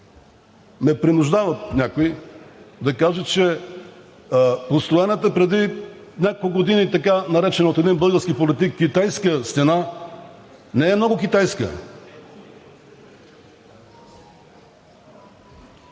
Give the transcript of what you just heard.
ме принуждават да кажа, че основаната преди няколко години, така наречена от един български политик китайска стена, не е много китайска.